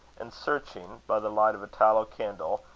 and searching, by the light of a tallow candle,